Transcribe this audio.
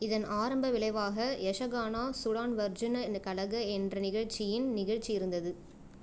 இதன் ஆரம்ப விளைவாக யக்ஷகானா சூடான்வர்ஜுன கலக என்ற நிகழ்ச்சியின் நிகழ்ச்சி இருந்தது